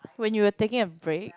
when you were taking a break